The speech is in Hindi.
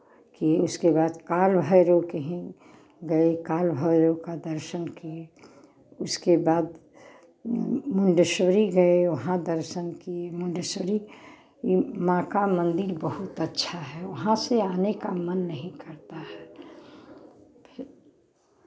किए उसके बाद काल भैरव के हिन गए काल भैरव का दर्शन किए उसके बाद मुंडेश्वरी गए वहाँ दर्शन किए मुंडेश्वरी माँ का मंदिर बहुत अच्छा है वहाँ से आने का मन नहीं करता है फिर